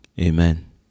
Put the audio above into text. Amen